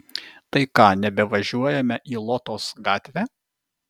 tai ką nebevažiuojame į lotos gatvę